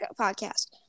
podcast